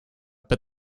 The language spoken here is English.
but